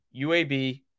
UAB